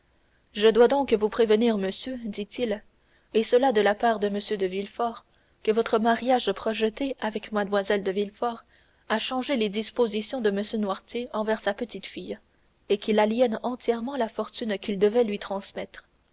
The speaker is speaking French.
je dois donc vous prévenir monsieur dit-il et cela de la part de m de villefort que votre mariage projeté avec mlle de villefort a changé les dispositions de m noirtier envers sa petite-fille et qu'il aliène entièrement la fortune qu'il devait lui transmettre